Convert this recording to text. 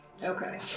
Okay